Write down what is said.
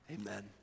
Amen